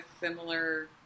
similar